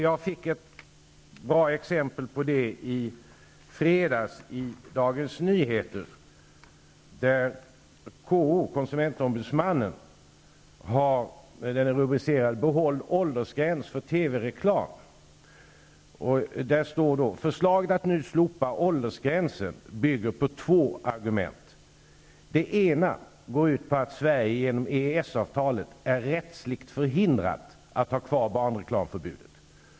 Jag fick ett bra exempel på detta i Dagens Nyheter i fredags, där konsumentombudsmannen, KO, i en artikel rubricerad ''Behåll åldersgräns för TV ''Förslaget att nu slopa åldersgränsen -- bygger på två argument. Det ena går ut på att Sverige genom EES-avtalet är rättsligt förhindrat att ha kvar barnreklamförbudet --.